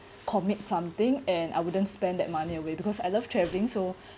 commit something and I wouldn't spend that money away because I love travelling so